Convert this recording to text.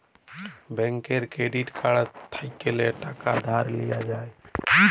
ব্যাংকের credit card থ্যাইকলে টাকা ধার লিয়া যায়